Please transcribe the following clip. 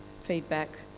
feedback